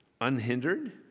Unhindered